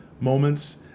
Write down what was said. Moments